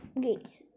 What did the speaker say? gates